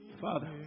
Father